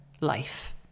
life